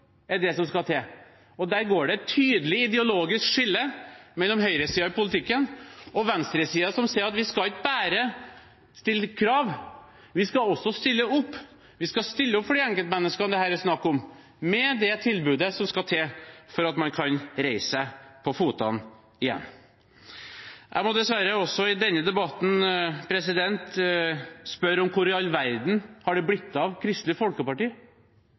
er det som skal til. Der går det et tydelig ideologisk skille mellom høyresiden i politikken og venstresiden, som sier at vi skal ikke bare stille krav, vi skal også stille opp. Vi skal stille opp for de enkeltmenneskene dette er snakk om, med det tilbudet som skal til for at man kan komme seg på føttene igjen. Jeg må dessverre også i denne debatten spørre om hvor i all verden det har blitt av Kristelig Folkeparti.